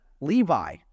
Levi